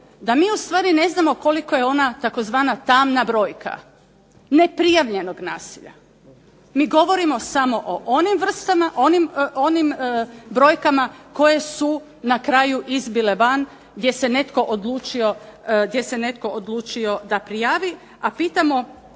da mi ustvari ne znamo koliko je ustvari ona tamna brojka neprijavljenog nasilja. MI govorimo samo o onim vrstama, onim brojkama koje su na kraju izbile van, gdje se netko odlučio da prijavi, a pitamo